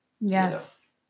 Yes